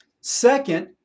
Second